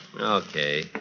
Okay